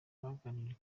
baganiriye